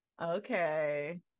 Okay